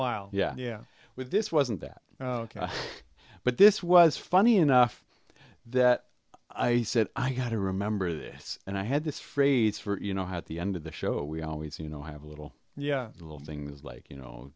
while yeah yeah with this wasn't that ok but this was funny enough that i said i got to remember this and i had this phrase for you know how the end of the show we always you know have a little yeah little things like you know